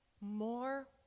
more